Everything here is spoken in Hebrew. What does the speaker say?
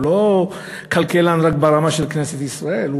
הוא לא כלכלן רק ברמה של כנסת ישראל,